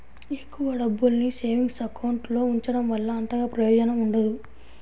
ఎక్కువ డబ్బుల్ని savings account లో ఉంచడం వల్ల అంతగా ప్రయోజనం ఉండదు